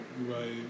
Right